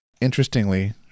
Interestingly